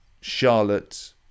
Charlotte